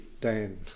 Dan